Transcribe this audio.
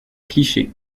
cliché